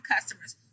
customers